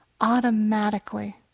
automatically